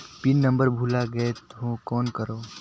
Pin number भुला गयें हो कौन करव?